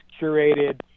curated